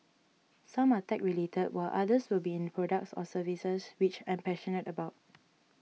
some are tech related while others will be in products or services which I'm passionate about